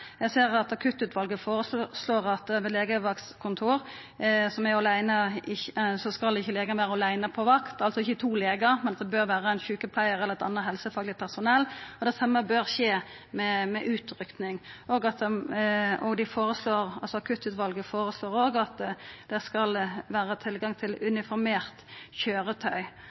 Eg ser at Akuttutvalet føreslår at på eit legevaktkontor skal ikkje legen vera åleine på vakt – altså ikkje to legar, men at det bør vera ein sjukepleiar eller eit anna helsefagleg personell. Det same bør gjelda utrykking. Akuttutvalet føreslår òg at det skal vera tilgang til uniformert køyretøy.